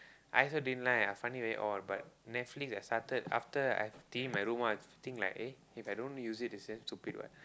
I also didn't like I find it very odd but Netflix has started after I eh if I don't use it it's damn stupid what